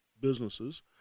businesses